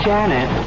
Janet